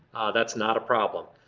that's not a problem.